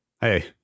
Hey